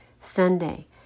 Sunday